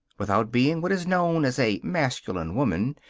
without being what is known as a masculine woman,